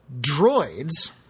Droids